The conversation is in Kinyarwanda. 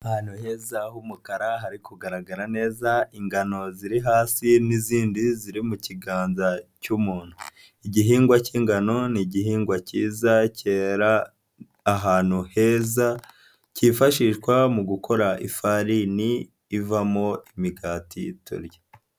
Ahantu heza h'umukara, hari kugaragara neza, ingano ziri hasi n'izindi ziri mu kiganza cy'umuntu, igihingwa cy'ingano ni igihingwa cyiza cyera ahantu heza, kifashishwa mu gukora ifarini ivamo imigati turya.